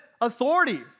authority